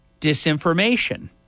disinformation